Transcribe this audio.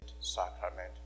Sacrament